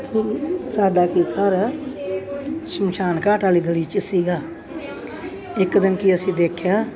ਕੀ ਸਾਡਾ ਕੋਈ ਘਰ ਸ਼ਮਸ਼ਾਨ ਘਾਟ ਵਾਲੀ ਗਲੀ 'ਚ ਸੀਗਾ ਇੱਕ ਦਿਨ ਕੀ ਅਸੀਂ ਦੇਖਿਆ